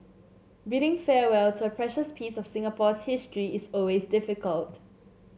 bidding farewell to a precious piece of Singapore's history is always difficult